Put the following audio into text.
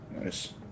Nice